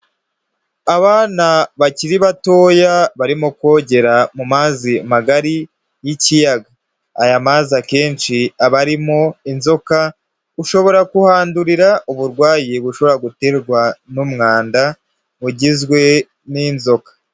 Abana bakiri batoya barimo kogera mu mazi magari y'ikiyaga, aya mazi akenshi aba arimo inzoka, ushobora kuhandurira uburwayi bushobora guterwa n'umwanda ugizwe n'inzoka.